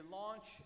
launch